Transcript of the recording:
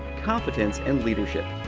competence and leadership.